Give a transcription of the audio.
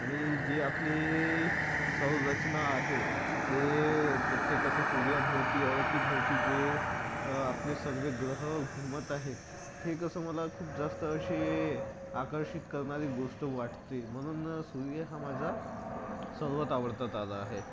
आणि जे आपली सौर रचना आहे ते प्रत्येक असं सूर्याभोवती अवतीभवती जे आपले सर्व ग्रह घुमत आहेत ते कसं मला खूप जास्त असे आकर्षित करणारी गोष्ट वाटते म्हणून सूर्य हा माझा सर्वात आवडता तारा आहे